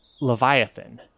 leviathan